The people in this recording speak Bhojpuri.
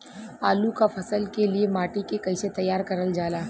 आलू क फसल के लिए माटी के कैसे तैयार करल जाला?